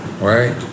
right